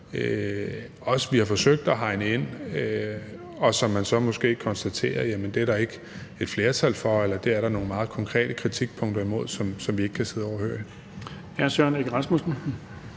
også forsøger at hegne ind, og som man så måske konstaterer at der ikke er flertal for eller nogle meget konkrete kritikpunkter imod, som vi ikke kan sidde overhørig.